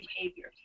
behaviors